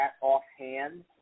offhand